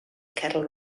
cattle